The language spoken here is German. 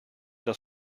das